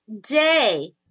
day